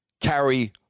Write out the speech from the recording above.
carry